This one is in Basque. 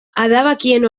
adabakien